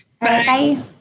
Bye